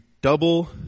double